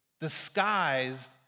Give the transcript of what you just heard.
disguised